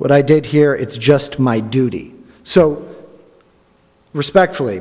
what i did here it's just my duty so respectfully